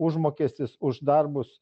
užmokestis už darbus